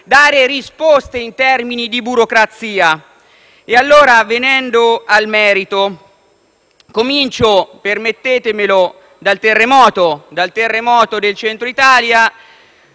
risposte in termini di burocrazia. Venendo al merito, comincio - permettetemelo - dal terremoto del Centro Italia,